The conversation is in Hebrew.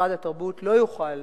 משרד התרבות לא יוכל